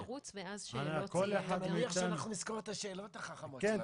כל אחד מאתנו -- אני מקווה שנזכור את השאלות החכמות שלנו.